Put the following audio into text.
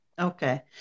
Okay